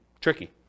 tricky